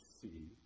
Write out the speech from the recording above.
see